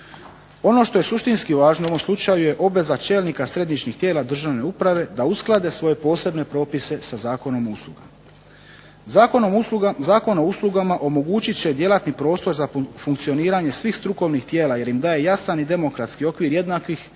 Ono što je suštinski važno u ovom slučaju je obveza čelnika središnjih tijela državne uprave da usklade svoje posebne propise sa Zakonom o uslugama. Zakon o uslugama omogućit će djelatni prostor za funkcioniranje svih strukovnih tijela, jer im daje jasan i demokratski okvir jednakih